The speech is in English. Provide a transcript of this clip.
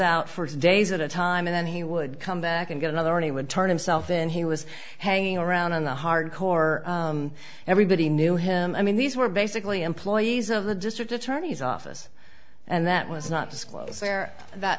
out for days at a time and then he would come back and get another one he would turn himself in he was hanging around on the hard core everybody knew him i mean these were basically employees of the district attorney's office and that was not disclosed where that